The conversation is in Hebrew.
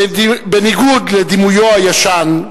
בניגוד לדימויו הישן,